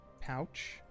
pouch